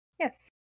Yes